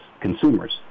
consumers